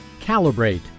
Calibrate